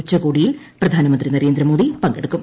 ഉച്ചകോടിയിൽ പ്രധാനമന്ത്രി നരേന്ദ്രമോദി പങ്കെടുക്കും